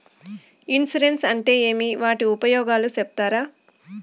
Insurance అంటే ఏమి? వాటి ఉపయోగాలు సెప్తారా?